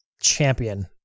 champion